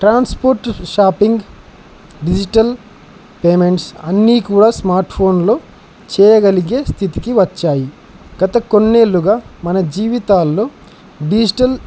transport shopping digital payments అన్నీ కూడా స్మార్ట్ఫోన్లో చేయగలిగే స్థితికి వచ్చాయి గత కొన్నేళ్ళుగా మన జీవితాల్లో డిజిటల్